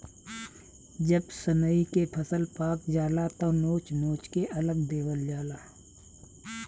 जब सनइ के फसल पाक जाला त नोच नोच के अलग कर देवल जाला